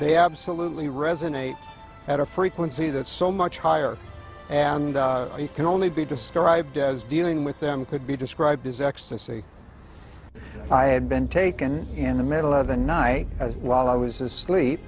they absolutely resonate at a frequency that's so much higher and you can only be described as dealing with them could be described as ecstasy i had been taken in the middle of the night as while i was asleep